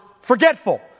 forgetful